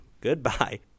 Goodbye